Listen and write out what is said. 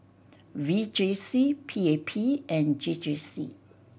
V J C P A P and J J C